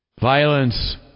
violence